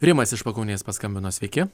rimas iš pakaunės paskambino sveiki